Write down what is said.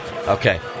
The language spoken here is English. Okay